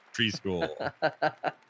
Preschool